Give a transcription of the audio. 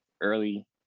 early